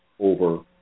over